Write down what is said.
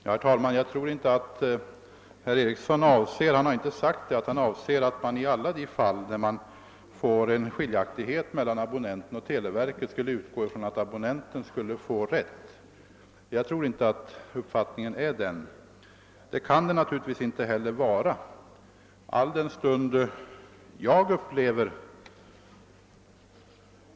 Herr talman! Jag tror inte att herr Eriksson i Bäckmora avser — han har inte sagt det — att man i alla de fall där det föreligger en skiljaktighet mellan televerkets och abonnentens uppfattning skall utgå ifrån att abonnenten har rätt. Så kan det naturligtvis inte vara.